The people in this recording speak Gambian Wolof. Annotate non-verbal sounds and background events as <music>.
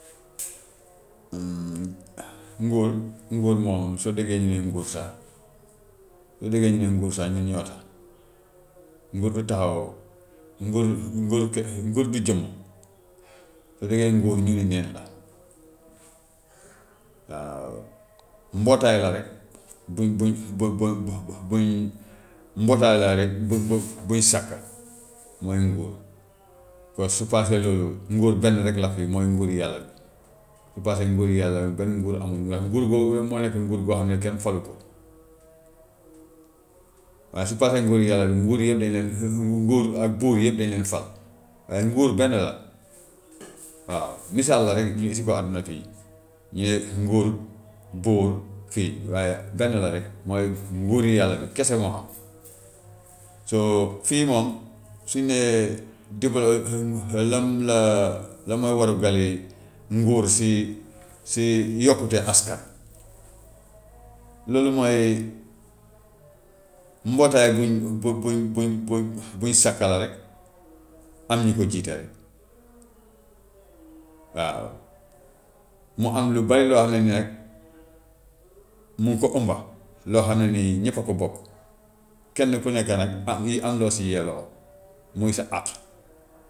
<noise> nguur, nguur moom soo déggee ñu ne nguur sax, soo déggee ñu ne nguur sax ñun ñoo tax. <noise> Nguur du taxaw, nguur, nguur ke- nguur du jëmm, soo déggee nguur ñu ni neen la. <noise> Waaw, mbootaay la rek buñ buñ bu bu bu buñ mbootaay la rek bu bu buñ sàkka, <noise> mooy nguur. Kon su paasee loolu nguur benn rek la fi mooy nguuri yàlla, su paasee nguuri yàlla rek benn nguur amul, ndax nguur googu moo nekk nguur boo xam ne kenn falu ko. <noise> Waaye su paasee nguuru yàlla rek, nguur yëpp dañ leen <hesitation> nguur ak buur yëpp dañ leen fal. Waaye nguur benn la, <noise> waaw misaal la rek ñun si kaw adduna fii, <noise> mais nguur, buur fii, waaye benn la rek, mooy nguuri yàlla bi kese moo am. <noise> So fii mom suñ nee develo <hesitation> lan la lan moo waral ba nguur si si yokkute askan, <noise> loolu mooy mbootaay buñ bu buñ buñ buñ buñ sàkka la rek am ñu ko jiite rek. <noise> Waaw, mu am lu bëri loo xam ne ne mu ngi ko ëmba loo xam ne ni ñëpp a ko bokk <noise> kenn ku nekk nag am ñi am lo si yelloo, muy sa àq. <noise>